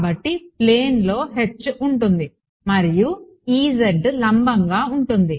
కాబట్టి ప్లేన్లో H ఉంటుంది మరియు Ez లంబంగా ఉంటుంది